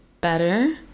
better